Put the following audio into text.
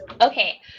okay